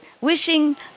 wishing